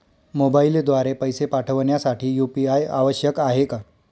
मोबाईलद्वारे पैसे पाठवण्यासाठी यू.पी.आय आवश्यक आहे का?